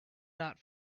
not